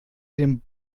den